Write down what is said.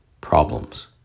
problems